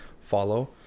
follow